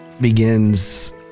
begins